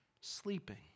sleeping